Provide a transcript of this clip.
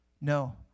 No